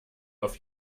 auf